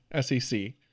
SEC